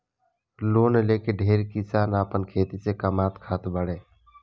loan लेके ढेरे किसान आपन खेती से कामात खात बाड़े